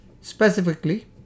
Specifically